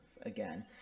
again